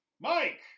Mike